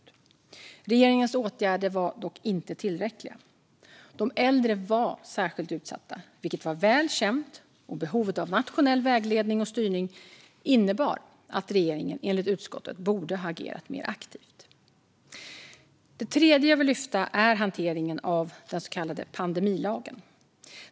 Regeringens åtgärder var dock inte tillräckliga. De äldre var särskilt utsatta, vilket var väl känt, och behovet av nationell vägledning och styrning innebar att regeringen enligt utskottet borde ha agerat mer aktivt. Det tredje jag vill lyfta upp är hanteringen av den så kallade pandemilagen.